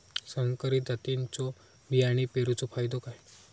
संकरित जातींच्यो बियाणी पेरूचो फायदो काय?